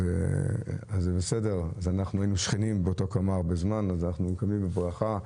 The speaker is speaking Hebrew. אז אנחנו עם השכנים --- ואנחנו מקבלים בברכה.